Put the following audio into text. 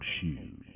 Shoes